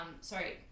sorry